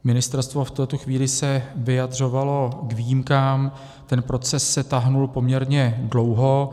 Ministerstvo v této chvíli se vyjadřovalo k výjimkám, ten proces se táhl poměrně dlouho.